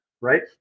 right